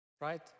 Right